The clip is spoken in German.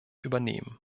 übernehmen